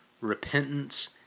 repentance